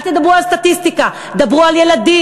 אל תדברו על סטטיסטיקה, דברו על ילדים.